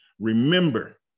Remember